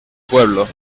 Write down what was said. pueblo